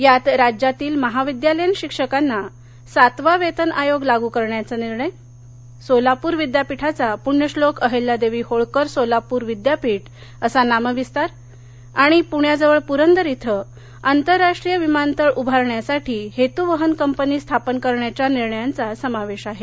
यात राज्यातील महाविद्यालयीन शिक्षकांना सातवा वेतन आयोग लागु करण्याचा निर्णय सोलापुर विद्यापीठाचा पृण्यश्लोक अहल्यादेवी होळकर सोलापुर विद्यापीठ असा नामविस्तार आणि प्ण्याजवळ पुरंदर इथे आंतरराष्ट्रीय विमानतळ उभारण्यासाठी हेतू वहन कंपनी स्थापन करण्याच्या निर्णयाचा समावेश आहे